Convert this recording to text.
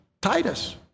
Titus